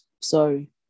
sorry